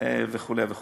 וכו' וכו'.